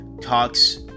talks